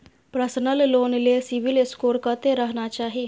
Personal loan ले CIBIL score कत्ते रहना चाही?